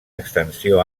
extensió